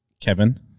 Kevin